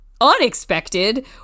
unexpected